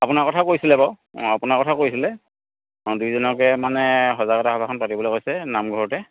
আপোনাৰ কথাও কৈছিলে বাৰু আপোনাৰ কথাও কৈছিলে অ' দুইজনকে মানে সজাগতা সভাখন পাতিবলৈ কৈছে নামঘৰতে